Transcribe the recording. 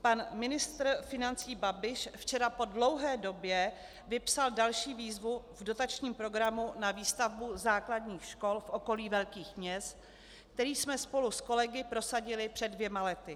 Pan ministr financí Babiš včera po dlouhé době vypsal další výzvu v dotačním programu na výstavbu základních škol v okolí velkých měst, který jsme spolu s kolegy prosadili před dvěma lety.